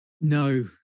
No